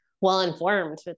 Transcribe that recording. well-informed